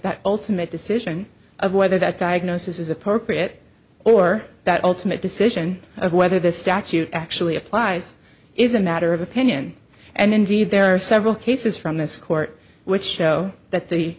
that ultimate decision of whether that diagnosis is appropriate or that ultimate decision of whether the statute actually applies is a matter of opinion and indeed there are several cases from this court which show that the